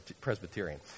Presbyterian